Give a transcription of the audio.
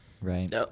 right